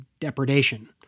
depredation